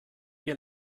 ihr